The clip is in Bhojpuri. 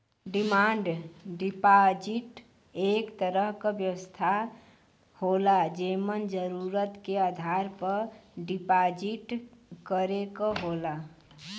डिमांड डिपाजिट एक तरह क व्यवस्था होला जेमन जरुरत के आधार पर डिपाजिट करे क होला